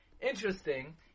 Interesting